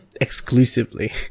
exclusively